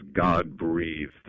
God-breathed